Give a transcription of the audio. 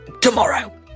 tomorrow